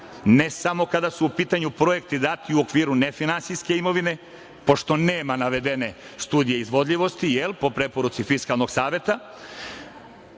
ne samo kada su u pitanju projekti dati u okviru nefinansijske imovine, pošto nema navedene Studije izvodljivosti, jel, po preporuci Fiskalnog saveta,